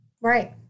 Right